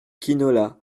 quinola